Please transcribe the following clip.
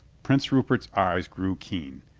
prince rupert's eyes grew keen.